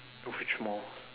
which mall